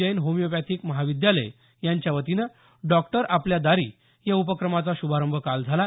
Jain homoeopathic महाविद्यालय यांच्या वतीनं डॉक्टर आपल्या दारी या उपक्रमाचा शुभारंभ काल झाला